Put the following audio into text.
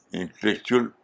intellectual